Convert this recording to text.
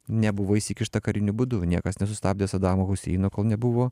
nebuvo įsikišta kariniu būdu niekas nesustabdė sadamo huseino kol nebuvo